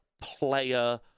player